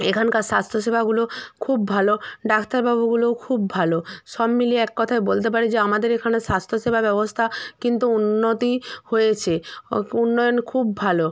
এখানকার স্বাস্থ্যসেবাগুলো খুব ভালো ডাক্তারবাবুগুলোও খুব ভালো সব মিলিয়ে এক কথায় বলতে পারি যে আমাদের এখানে স্বাস্থ্য সেবা ব্যবস্থা কিন্তু উন্নতি হয়েছে উন্নয়ন খুব ভালো